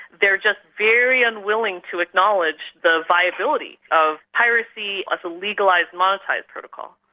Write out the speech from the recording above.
they're just very unwilling to acknowledge the viability of piracy as a legalised monetised protocol.